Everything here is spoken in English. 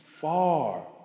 far